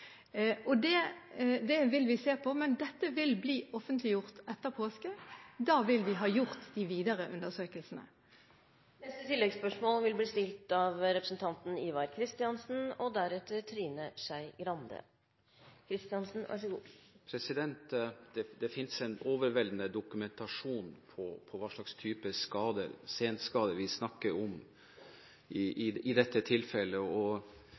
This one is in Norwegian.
og man kan komme til ikke å ivareta den anonymitet de har krav på. Det vil vi se på, men dette vil bli offentliggjort etter påske. Da vil vi ha gjort de videre undersøkelsene. Ivar Kristiansen – til oppfølgingsspørsmål. Det finnes en overveldende dokumentasjon på hva slags type senskader man snakker om i dette tilfellet.